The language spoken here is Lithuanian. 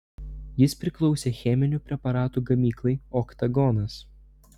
jis priklausė cheminių preparatų gamyklai oktagonas